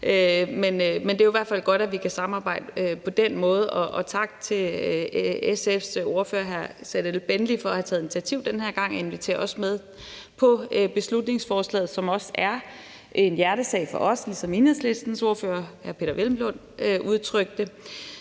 Men det er i hvert fald godt, at vi kan samarbejde på den måde. Og tak til SF's ordfører, hr. Serdal Benli, for at have taget initiativet den her gang og også inviteret os med på beslutningsforslaget, som også er en hjertesag for os, ligesom Enhedslistens ordfører, hr. Peder Hvelplund, udtrykte